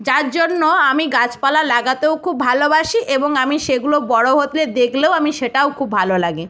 যার জন্য আমি গাছপালা লাগাতেও খুব ভালোবাসি এবং আমি সেগুলো বড় হতে দেখলেও আমি সেটাও খুব ভালো লাগে